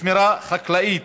שמירה חקלאית